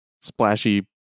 splashy